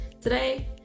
today